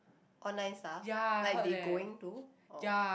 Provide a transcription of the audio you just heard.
online stuff like they going to or